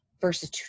versus